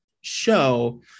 show